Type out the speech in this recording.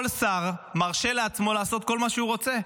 כל שר מרשה לעצמו לעשות כל מה שהוא רוצה.